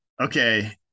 okay